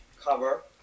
cover